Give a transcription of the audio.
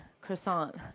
croissant